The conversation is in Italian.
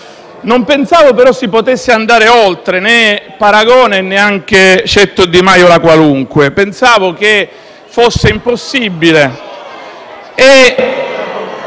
Non pensavo, però, potessero andare oltre, né Paragone, né Di Maio La Qualunque. Pensavo che fosse impossibile